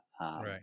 right